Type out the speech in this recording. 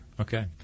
Okay